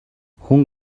хүн